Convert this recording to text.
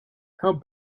how